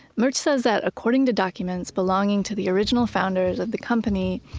murch says that according to documents belonging to the original founders of the company,